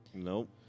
Nope